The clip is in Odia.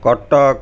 କଟକ